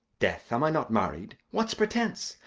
death, am i not married? what's pretence?